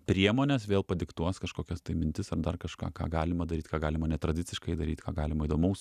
priemonės vėl padiktuos kažkokias tai mintis ar dar kažką ką galima daryt ką galima netradiciškai daryt ką galima įdomaus